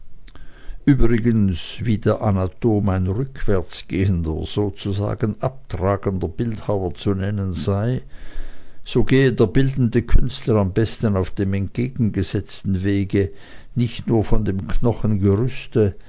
übrigens wie der anatom ein rückwärtsgehender sozusagen abtragender bildhauer zu nennen sei so gehe der bildende künstler am besten auf dem entgegengesetzten wege nicht nur von dem knochengerüste